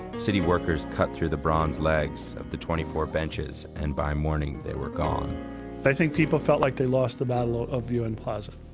city workers cut through the bronze legs of the twenty four benches and by morning they were gone i think people felt like they lost the battle of un plaza.